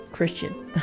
Christian